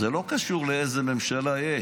זה לא קשור לאיזו ממשלה יש.